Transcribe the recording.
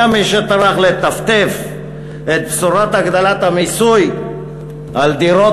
היה מי שטרח לטפטף את בשורת הגדלת המיסוי על דירות